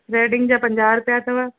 threading जा पंजाह रुपिया अथव